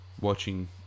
watching